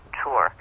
tour